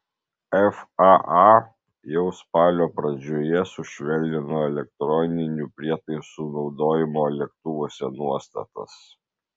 faa jau spalio pradžioje sušvelnino elektroninių prietaisų naudojimo lėktuvuose nuostatas